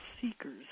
seekers